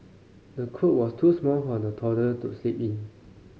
the cot was too small for the toddler to sleep in